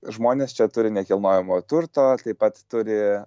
žmonės čia turi nekilnojamo turto taip pat turi